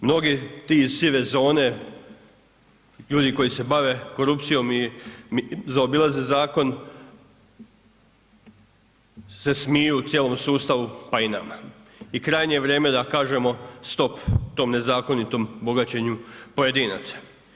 Mnogi ti iz sive zone, ljudi koji se bave korupcijom i zaobilaze zakon se smiju cijelom sustavu, pa i nama i krajnje se vrijeme da kažemo stop tom nezakonitom bogaćenju pojedinaca.